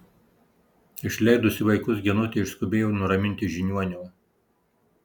išleidusi vaikus genutė išskubėjo nuraminti žiniuonio